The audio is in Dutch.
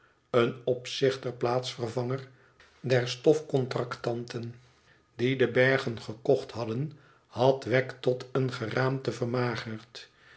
een opzichter plaatsvervanger der stofcontractanten die de bergen gekocht hadden had wegg tot een geraamte vermagerd